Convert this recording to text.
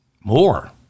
More